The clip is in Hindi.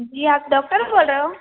जी आप डॉक्टर बोल रहे हो